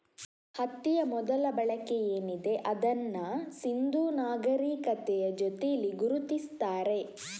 ಹತ್ತಿಯ ಮೊದಲ ಬಳಕೆ ಏನಿದೆ ಅದನ್ನ ಸಿಂಧೂ ನಾಗರೀಕತೆಯ ಜೊತೇಲಿ ಗುರುತಿಸ್ತಾರೆ